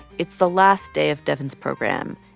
it's the last day of devyn's program.